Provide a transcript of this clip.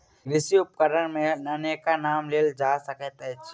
कृषि उपकरण मे अनेको नाम लेल जा सकैत अछि